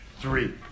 three